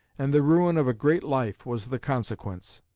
and the ruin of a great life was the consequence.